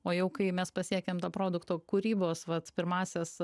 o jau kai mes pasiekiam to produkto kūrybos vat pirmąsias